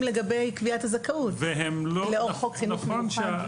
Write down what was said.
לגבי קביעת הזכאות לאור חוק חינוך מיוחד.